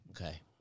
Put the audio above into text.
Okay